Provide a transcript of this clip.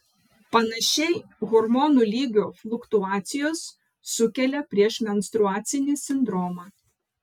panašiai hormonų lygio fluktuacijos sukelia priešmenstruacinį sindromą